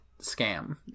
Scam